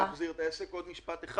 עוד דבר אחד.